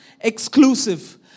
exclusive